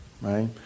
right